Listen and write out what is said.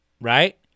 Right